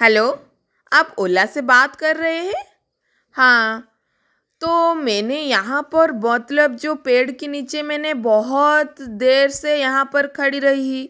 hello Ola से बात कर रहे हैं हाँ तो मैंने यहाँ पर मतलब जो पेड़ के नीचे मैंने बहुत देर से यहाँ पर खड़ी रही